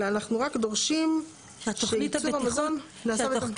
אלא אנחנו רק דורשים שייצור המזון נעשה.